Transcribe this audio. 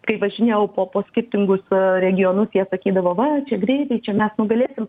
kai važinėjau po po skirtingus regionus jie sakydavo va čia greitai čia mes nugalėsim